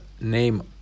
name